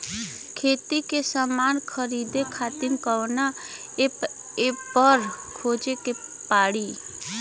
खेती के समान खरीदे खातिर कवना ऐपपर खोजे के पड़ी?